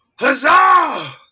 Huzzah